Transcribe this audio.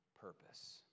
purpose